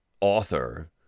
author